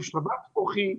עם שבץ מוחי,